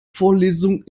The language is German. vorlesung